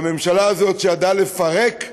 והממשלה הזאת, שידעה לפרק,